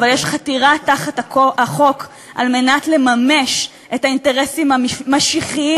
אבל יש חתירה תחת החוק על מנת לממש את האינטרסים המשיחיים